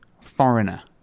foreigner